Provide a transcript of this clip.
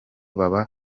baba